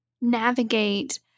navigate